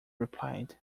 replied